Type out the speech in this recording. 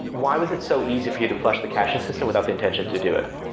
why was it so easy for you to flush the caching system without the intention to do it?